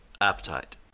appetite